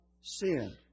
sin